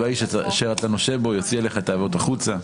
והאיש אשר אתה נושה בו יוציא אליך את העבוט החוצה".